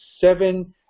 seven